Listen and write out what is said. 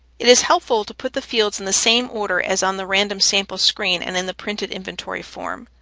it is helpful to put the fields in the same order as on the random sample screen and in the printed inventory form.